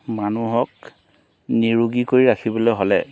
মানুহক নিৰোগী কৰি ৰাখিবলৈ হ'লে